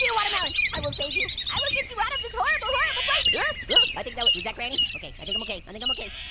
yeah watermelon, i will save you, i will get you out of this horrible, horrible place! oh, but i think that was, was that granny? okay, i think i'm okay, i think i'm okay.